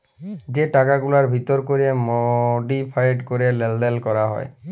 যে টাকাগুলার ভিতর ক্যরে মডিফায়েড ক্যরে লেলদেল ক্যরা হ্যয়